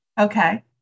Okay